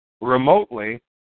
remotely